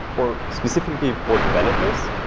or specifically for developers.